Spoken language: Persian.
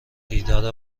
دیدار